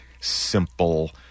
simple